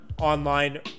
Online